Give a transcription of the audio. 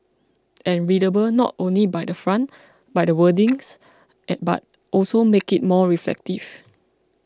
and readable not only by the font by the wordings but also make it more reflective